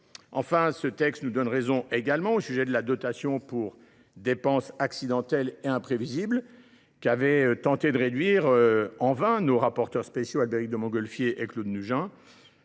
Enfin, ce texte nous donne raison également au sujet de la dotation pour dépenses accidentelles et imprévisibles, que le Sénat avait tenté de réduire sur l’initiative de nos rapporteurs spéciaux Albéric de Montgolfier et Claude Nougein